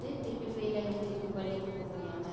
திருப்பி ஃபெயில் ஆகிட்டு திருப்பி பள்ளிக்குப் போக முடியாமல்